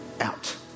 out